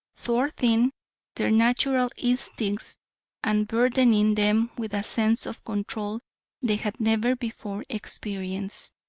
thwarting their natural instincts and burthening them with a sense of control they had never before experienced.